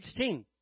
16